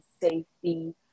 safety